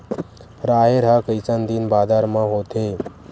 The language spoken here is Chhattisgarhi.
राहेर ह कइसन दिन बादर म होथे?